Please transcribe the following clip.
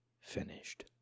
finished